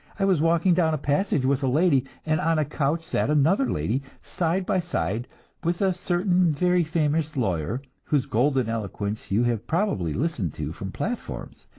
i was walking down a passage with a lady, and on a couch sat another lady, side by side with a certain very famous lawyer, whose golden eloquence you have probably listened to from platforms,